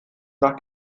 nach